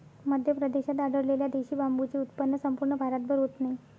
मध्य प्रदेशात आढळलेल्या देशी बांबूचे उत्पन्न संपूर्ण भारतभर होत नाही